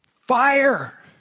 fire